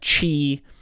chi